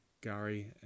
Gary